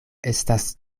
estas